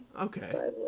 Okay